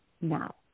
now